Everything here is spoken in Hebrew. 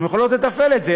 הן יכולות לתפעל את זה.